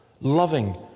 loving